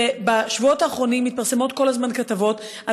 ובשבועות האחרונים מתפרסמות כל הזמן כתבות על